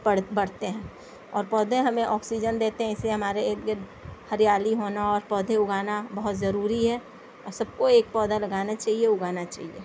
پڑ بڑھتے ہیں اور پودے ہمیں آکسیجن دیتے ہیں اِس لیے ہمارے اِرد گرد ہریالی ہونا اور پودے اُگانا بہت ضروری ہے اور سب کو ایک پودا لگانا چاہیے اُگانا چاہیے